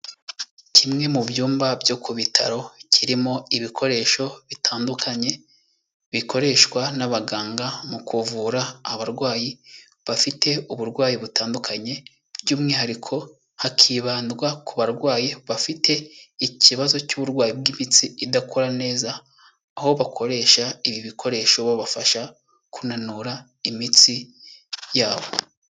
Kimwe mu byumba byo ku bitaro, kirimo ibikoresho bitandukanye, bikoreshwa n'abaganga mu kuvura abarwayi bafite uburwayi butandukanye, by'umwihariko hakibandwa ku barwayi bafite ikibazo cy'uburwayi bw'imitsi idakora neza, aho bakoresha ibi bikoresho babafasha kunanura imitsi yabo.